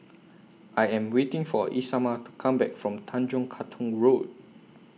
I Am waiting For Isamar to Come Back from Tanjong Katong Road